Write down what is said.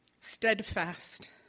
steadfast